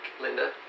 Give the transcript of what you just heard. Linda